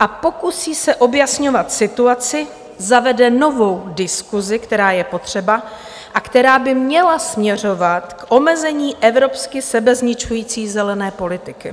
a pokusí se objasňovat situaci, zavede novou diskusi, která je potřeba a která by měla směřovat k omezení evropsky sebezničující zelené politiky.